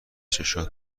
چشاش